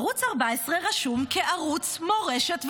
ערוץ 14 רשום כערוץ מורשת ותרבות.